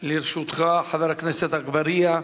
לרשותך, חבר הכנסת אגבאריה,